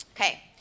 Okay